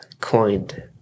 coined